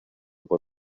por